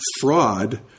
fraud